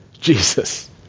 Jesus